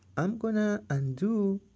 i'm gonna undo